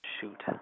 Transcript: Shoot